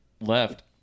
left